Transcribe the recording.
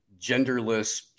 genderless